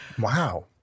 Wow